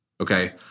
okay